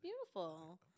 beautiful